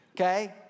Okay